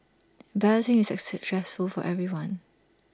balloting is A stressful for everyone